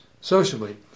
socially